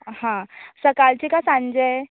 हां सकाळचें कांय सांजे